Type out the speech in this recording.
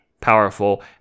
powerful